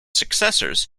successors